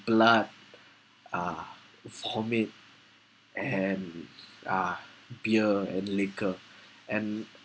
blood uh vomit and uh beer and liquor and